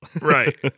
Right